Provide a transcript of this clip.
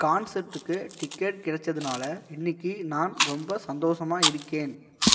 கான்செப்ட்டுக்கு ticket கிடைச்சதுனால இன்னிக்கு நான் ரொம்ப சந்தோஷமாக இருக்கேன்